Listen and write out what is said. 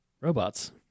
robots